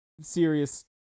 serious